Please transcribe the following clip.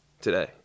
Today